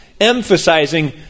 emphasizing